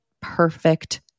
perfect